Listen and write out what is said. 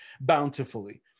bountifully